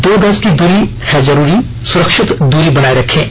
दो गज की दूरी है जरूरी सुरक्षित दूरी बनाए रखें